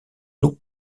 nous